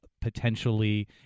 potentially